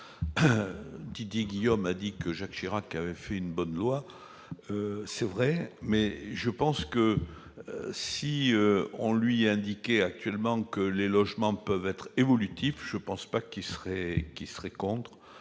Didier Guillaume a dit que Jacques Chirac avait fait une bonne loi. Un Corrézien ! Il a raison, mais si on lui indiquait que les logements peuvent être évolutifs, je ne pense pas qu'il serait contre.